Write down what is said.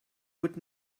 would